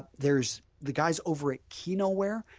there is the guys over at kenowear,